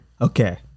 Okay